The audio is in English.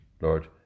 Lord